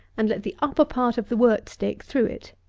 and let the upper part of the wort-stick through it,